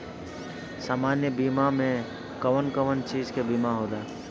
सामान्य बीमा में कवन कवन चीज के बीमा होला?